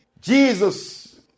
Jesus